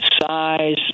size